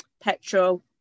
petrol